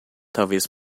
talvez